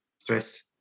stress